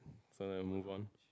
so we'll move on